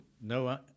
no